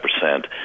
percent